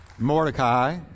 Mordecai